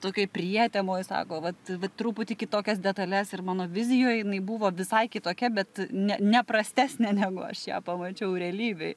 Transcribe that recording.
tokioj prietemoj sako vat truputį kitokias detales ir mano vizijoj jinai buvo visai kitokia bet ne ne prastesnė negu aš ją pamačiau realybėj